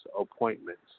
appointments